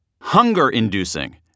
hunger-inducing